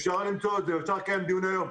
אפשר לקיים דיונים היום.